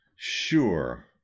Sure